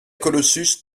colossus